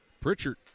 Pritchard